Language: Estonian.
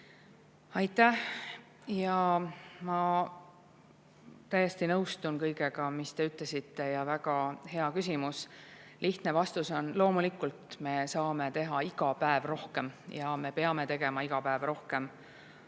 Aitäh! Ma täiesti nõustun kõigega, mis te ütlesite, ja väga hea küsimus. Lihtne vastus: loomulikult, me saame teha iga päev rohkem ja me peame tegema iga päev rohkem